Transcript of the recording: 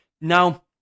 now